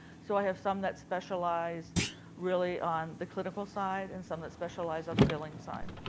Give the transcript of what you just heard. so i have some that specialize really on the clinical side and some that specialize on the billing side.